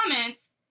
comments